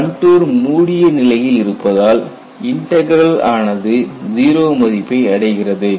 contour மூடிய நிலையில் இருப்பதால் இன்டக்ரல் ஆனது 0 மதிப்பை அடைகிறது